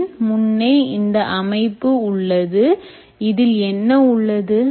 என் முன்னே இந்த அமைப்பு உள்ளது இதில் என்ன உள்ளது